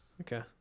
okay